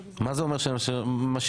מה זה אומר שמשאירים את זה?